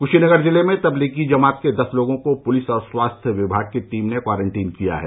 क्शीनगर जिले में तबलीगी जमात के दस लोगों को पूलिस और स्वास्थ्य विभाग की टीम ने क्वारंटीन किया है